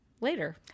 later